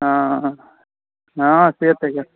हँ हँ से तऽ यए